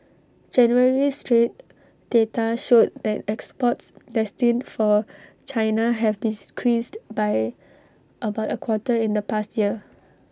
January's trade data showed that exports destined for China have be decreased by about A quarter in the past year